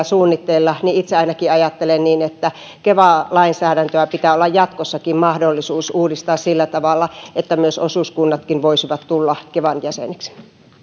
suunnitteilla niin itse ainakin ajattelen niin että keva lainsäädäntöä pitää olla jatkossakin mahdollista uudistaa sillä tavalla että osuuskunnatkin voisivat tulla kevan jäseniksi